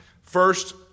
first